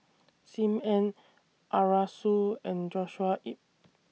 SIM Ann Arasu and Joshua Ip